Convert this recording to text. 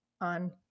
on